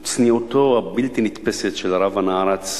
הוא צניעותו הבלתי-נתפסת של הרב הנערץ,